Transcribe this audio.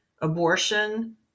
Abortion